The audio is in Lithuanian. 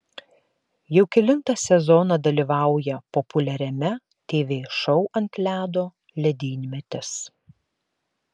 jau kelintą sezoną dalyvauja populiariame tv šou ant ledo ledynmetis